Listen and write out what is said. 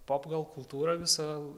pop gal kultūrą visą